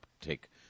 take